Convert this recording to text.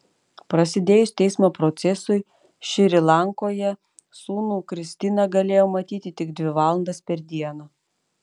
prasidėjus teismo procesui šri lankoje sūnų kristina galėjo matyti tik dvi valandas per dieną